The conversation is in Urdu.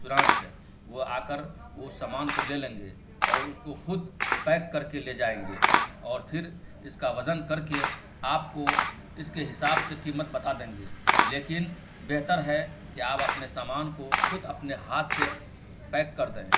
چنانچہ وہ آ کر اس سامان کو لے لیں گے اور اس کو خود پیک کر کے لے جائیں گے اور پھر اس کا وزن کر کے آپ کو اس کے حساب سے قیمت بتا دیں گے لیکن بہتر ہے کہ آپ اپنے سامان کو خود اپنے ہاتھ سے پیک کر دیں